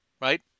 right